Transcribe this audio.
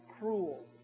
cruel